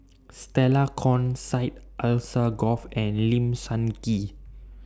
Stella Kon Syed Alsagoff and Lim Sun Gee